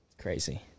Crazy